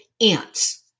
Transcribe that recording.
ants